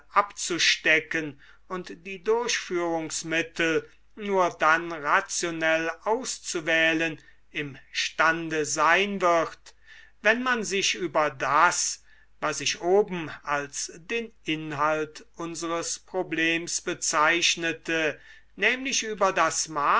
abzustecken und die durchführungsmittel nur dann rationell auszuwählen im stände sein wird wenn man sich über das was ich oben als den inhalt unseres problems bezeichnete nämlich über das